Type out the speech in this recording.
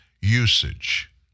usage